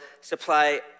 supply